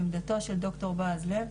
עמדתו של ד"ר בעז לב,